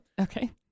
Okay